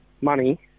money